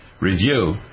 review